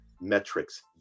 metrics